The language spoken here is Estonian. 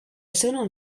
sõnul